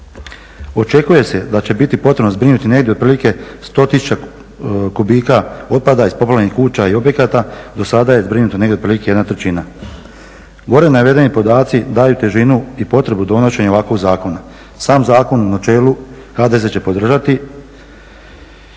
Očekuje se da će biti potrebno zbrinuti negdje otprilike 100 tisuća kubika otpada iz poplavljenih kuća i objekata. Do sada je zbrinuto negdje otprilike jedna trećina. Gore navedeni podaci daju težinu i potrebu donošenja ovakvog zakona. Sam zakon u načelu HDZ će podržati,